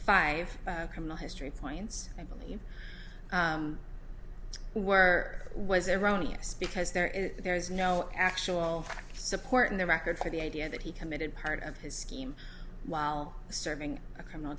five criminal history points i believe he where was erroneous because there is there is no actual support in the record for the idea that he committed part of his scheme while serving the criminal